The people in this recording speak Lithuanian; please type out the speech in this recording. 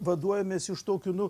vaduojamės iš tokių nu